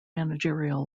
managerial